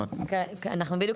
אנחנו בדיוק